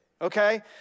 okay